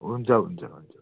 हुन्छ हुन्छ